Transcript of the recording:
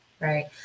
Right